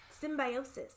Symbiosis